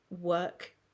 work